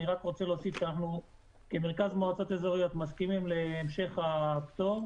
אני רק רוצה להוסיף כמרכז מועצות אזוריות אנחנו מסכימים להמשך הפטור.